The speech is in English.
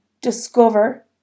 discover